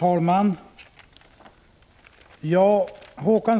Herr talman!